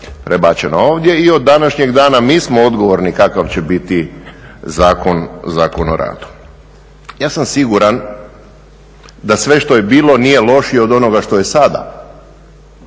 prebačena ovdje i od današnjeg dana mi smo odgovorni kakav će biti Zakon o radu. Ja sam siguran da sve što je bilo nije lošije od onoga što je sada,